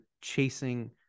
chasing